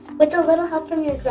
with a little help from your